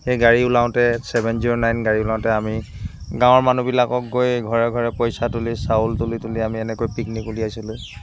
সেই গাড়ী ওলাওঁতে ছেভেন জিৰ' নাইন গাড়ী ওলাওঁতে আমি গাঁৱৰ মানুহবিলাকক গৈ ঘৰে ঘৰে পইচা তুলি চাউল তুলি তুলি আমি এনেকৈ পিকনিক উলিয়াইছিলো